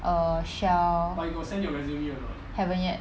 err Shell haven't yet